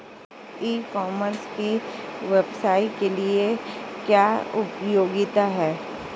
ई commerce की व्यवसाय के लिए क्या उपयोगिता है?